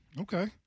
Okay